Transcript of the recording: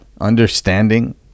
Understanding